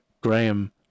graham